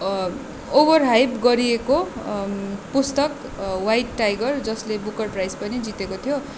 ओबर hype गरिएको पुस्तक white tiger जसले बुकर प्राइज पनि जितेको थ्यो